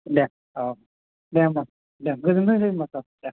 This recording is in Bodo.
दे औ दे होम्बा दे गोजोनथोंसै होम्बा सार दे